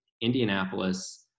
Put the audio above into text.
Indianapolis